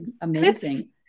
amazing